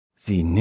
Sie